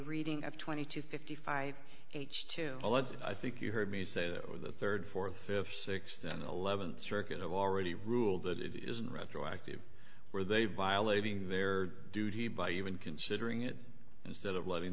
reading of twenty to fifty five h two alleged i think you heard me say that with a third fourth fifth sixth and eleventh circuit have already ruled that it isn't retroactive where they violating their duty by even considering it instead of letting